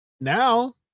now